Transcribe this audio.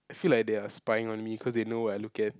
I feel like they are spying on me cause they know what I look at